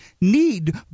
need